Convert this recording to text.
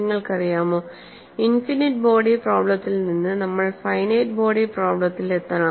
നിങ്ങൾക്കറിയാമോ infinite body പ്രോബ്ലെത്തിൽ നിന്ന് നമ്മൾ ഫൈനൈറ്റ് ബോഡി പ്രോബ്ലെത്തിൽ എത്തണം